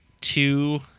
two